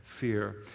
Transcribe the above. fear